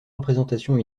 représentation